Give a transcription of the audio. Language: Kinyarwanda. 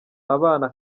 abana